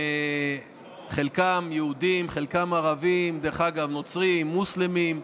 חלקם יהודים, חלקם ערבים, נוצרים, מוסלמים,